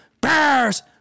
Bears